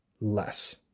less